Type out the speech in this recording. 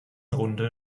runde